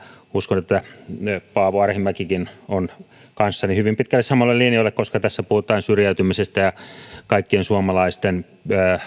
uskon että varmaan paavo arhinmäkikin on kanssani hyvin pitkälle samoilla linjoilla koska tässä puhutaan syrjäytymisestä ja kaikkien suomalaisten